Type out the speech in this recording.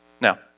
Now